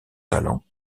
talent